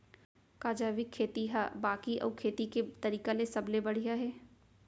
का जैविक खेती हा बाकी अऊ खेती के तरीका ले सबले बढ़िया हे?